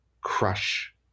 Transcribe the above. crush